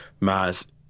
Maz